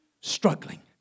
struggling